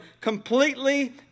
completely